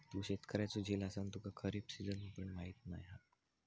तू शेतकऱ्याचो झील असान तुका खरीप सिजन पण माहीत नाय हा